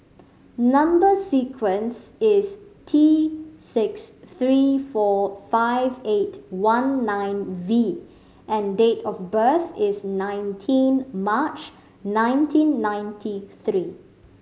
number sequence is T six three four five eight one nine V and date of birth is nineteen March nineteen ninety three